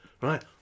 right